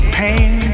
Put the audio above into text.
pain